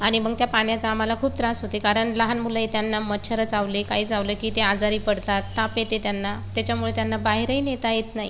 आणि मग त्या पाण्याचा आम्हाला खूप त्रास होते कारण लहान मुलं आहे त्यांना मच्छर चावले काही चावलं की ते आजारी पडतात ताप येते त्यांना त्याच्यामुळे त्यांना बाहेरही नेता येत नाही